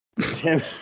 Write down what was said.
Tim